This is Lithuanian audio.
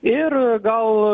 ir gal